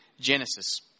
Genesis